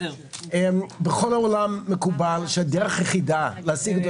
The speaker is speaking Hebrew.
בכל העולם מקובל שהדרך היחידה להשיג את